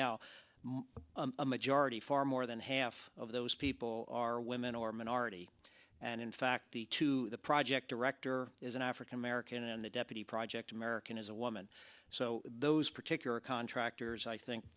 now a majority far more than half of those people are women or minority and in fact the two the project director is an african american and the deputy project american is a woman so those particular contractors i think